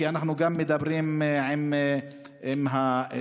כי אנחנו מדברים גם עם הסמנכ"ל,